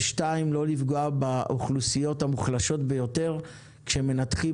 ב' לא לפגוע באוכלוסיות המוחלשות ביותר כשמנתחים